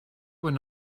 were